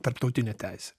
tarptautinė teisė